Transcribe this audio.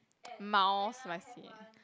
mild spicy